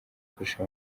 kurusha